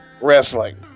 Wrestling